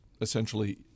essentially